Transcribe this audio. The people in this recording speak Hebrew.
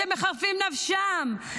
שמחרפים נפשם,